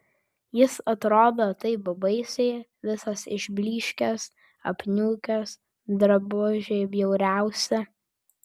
jis atrodo taip baisiai visas išblyškęs apniukęs drabužiai bjauriausi